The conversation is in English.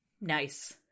Nice